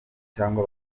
cyangwa